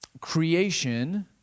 creation